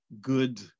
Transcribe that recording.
good